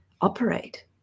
operate